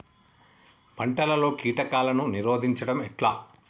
పంటలలో కీటకాలను నిరోధించడం ఎట్లా?